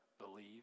believe